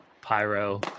pyro